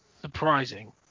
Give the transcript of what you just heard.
surprising